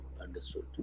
Understood